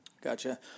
Gotcha